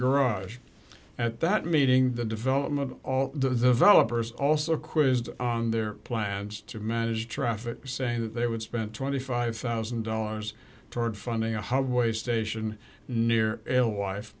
garage at that meeting the development of all the vela bers also quizzed on their plans to manage traffic saying that they would spend twenty five thousand dollars toward funding a highway station near el wife